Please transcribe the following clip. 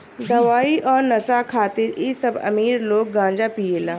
दवाई आ नशा खातिर इ सब अमीर लोग गांजा पियेला